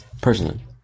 Personally